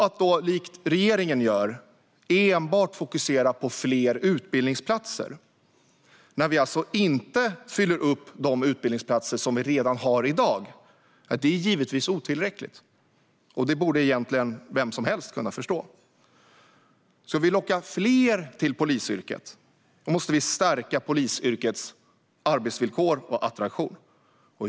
Att då, som regeringen gör, enbart fokusera på fler utbildningsplatser, när vi alltså inte fyller upp de utbildningsplatser vi redan har i dag, är givetvis otillräckligt. Det borde egentligen vem som helst kunna förstå. Ska vi locka fler till polisyrket måste vi stärka polisyrkets arbetsvillkor och attraktion.